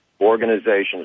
organizations